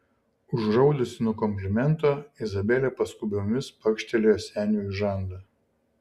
užraudusi nuo komplimento izabelė paskubomis pakštelėjo seniui į žandą